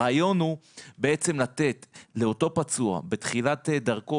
הרעיון הוא לתת לאותו פצוע בתחילת דרכו,